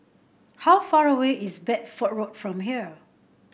how far away is Bedford Road from here